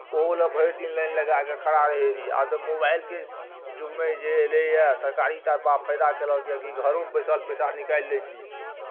ओहो लेल भरि दिन लाइन लगा कऽ खड़ा रहैत रहियै आब तऽ मोबाइलके युगमे जे एलैए सरकारी ततबा फाइदा कयलक यए कि घरो बैसल पैसा निकालि लै छी